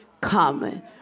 common